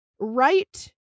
right